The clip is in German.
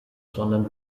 sondern